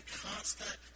constant